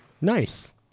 Nice